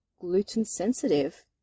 gluten-sensitive